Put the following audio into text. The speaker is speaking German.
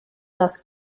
das